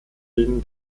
denen